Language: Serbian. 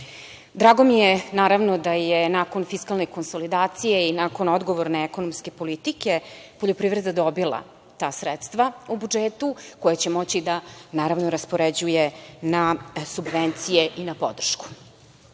Drago mi je, naravno, da je nakon fiskalne konsolidacije i nakon odgovorne ekonomske politike poljoprivreda dobila ta sredstva u budžetu, koja će moći da, naravno, raspoređuje na subvencije i na podršku. Ono